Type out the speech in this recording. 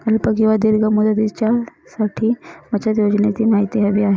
अल्प किंवा दीर्घ मुदतीसाठीच्या बचत योजनेची माहिती हवी आहे